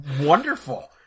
wonderful